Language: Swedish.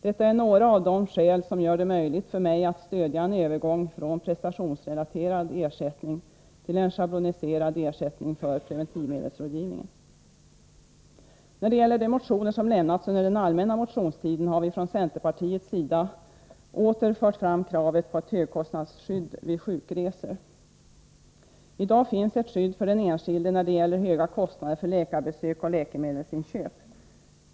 Detta är några av de skäl som gör det möjligt för mig att stödja en övergång från prestationsrelaterad ersättning till en schabloniserad ersättning för preventivmedelsrådgivning. När det gäller de motioner som väckts under den allmänna motionstiden har vi från centerpartiets sida åter fört fram kravet på ett högkostnadsskydd vid sjukresor. I dag finns ett skydd för den enskilde när det gäller höga kostnader för läkarbesök och läkemedelsinköp.